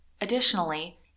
Additionally